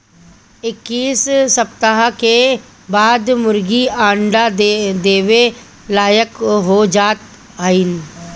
इक्कीस सप्ताह के बाद मुर्गी अंडा देवे लायक हो जात हइन